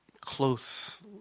close